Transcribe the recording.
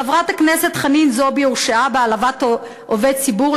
חברת הכנסת חנין זועבי הורשעה בהעלבת עובד ציבור,